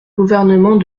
gouvernement